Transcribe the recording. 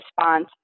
response